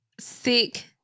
sick